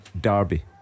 derby